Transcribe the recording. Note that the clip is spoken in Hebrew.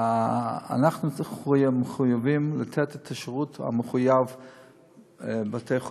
אנחנו מחויבים לתת את השירות המחויב בבתי-חולים,